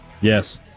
Yes